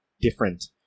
different